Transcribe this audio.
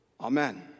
Amen